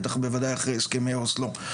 בוודאי אחרי הסכמי אוסלו.